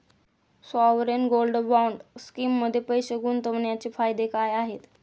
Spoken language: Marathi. सॉवरेन गोल्ड बॉण्ड स्कीममध्ये पैसे गुंतवण्याचे फायदे काय आहेत?